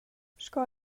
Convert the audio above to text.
sco